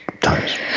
times